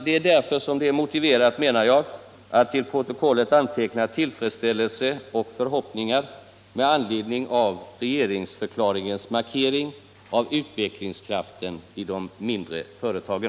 Det är därför som det är motiverat att till protokollet anteckna tillfredsställelse och förhoppningar med anledning av regeringsförklaringens markering av utvecklingskraften i de mindre företagen.